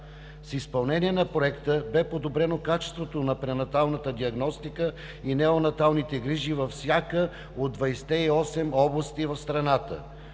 С изпълнение на Проекта бе подобрено качеството на пренаталната диагностика и неонаталните грижи във всяка от 28-те области в страната.